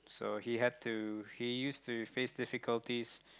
so he had to he used to face difficulties